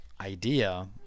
idea